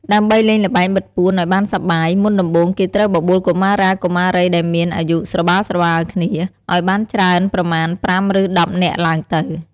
ដើម្បីលេងល្បែងបិទពួនឱ្យបានសប្បាយ មុនដំបូងគេត្រូវបបួលកុមារា កុមារីដែលមានអាយុស្របាលៗគ្នា ឱ្យបានច្រើនប្រមាណ ៥ ឬ ១០នាក់ឡើងទៅ។